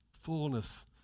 fullness